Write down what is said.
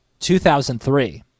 2003